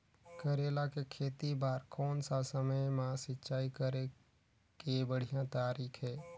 करेला के खेती बार कोन सा समय मां सिंचाई करे के बढ़िया तारीक हे?